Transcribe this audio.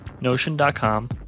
Notion.com